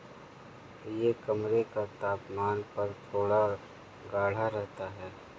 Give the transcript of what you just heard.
यह कमरे के तापमान पर थोड़ा गाढ़ा रहता है